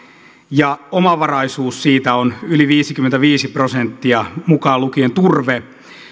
ja omavaraisuus siitä on yli viisikymmentäviisi prosenttia mukaan lukien turve